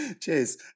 Cheers